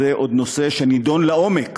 זה עוד נושא שנדון לעומק